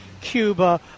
Cuba